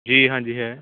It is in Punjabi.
ਜੀ ਹਾਂਜੀ ਹੈ